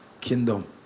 kingdom